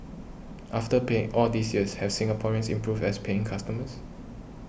after paying all these years have Singaporeans improved as paying customers